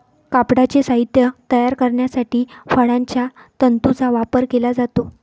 कापडाचे साहित्य तयार करण्यासाठी फळांच्या तंतूंचा वापर केला जातो